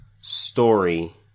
Story